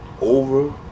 over